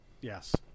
yes